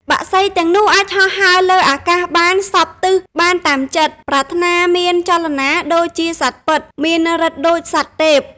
បក្សីទាំងនោះអាចហោះហើរលើអាកាសបានសព្វទិសបានតាមចិត្តប្រាថ្នា មានចលនាដូចជាសត្វពិត មានឫទ្ធិដូចសត្វទេព។